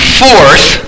fourth